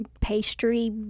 pastry